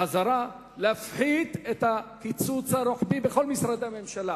בחזרה, להפחית את הקיצוץ הרוחבי בכל משרדי הממשלה.